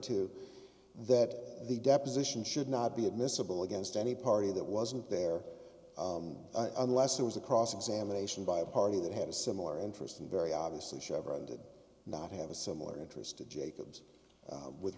two that the deposition should not be admissible against any party that wasn't there unless there was a cross examination by a party that had a similar interest and very obviously chevron did not have a similar interest to jacobs with